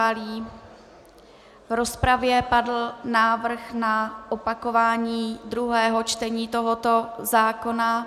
V rozpravě padl návrh na opakování druhého čtení tohoto zákona.